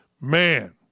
Man